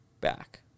back